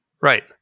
right